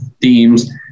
themes